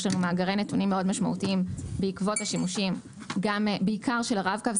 יש לנו מאגרי נתונים מאוד משמעותיים בעקבות השימושים בעיקר של הרב-קו,